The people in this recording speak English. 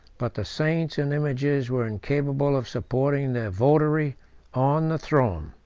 but the saints and images were incapable of supporting their votary on the throne.